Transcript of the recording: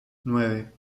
nueve